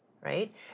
right